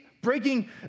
breaking